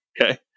Okay